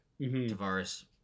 Tavares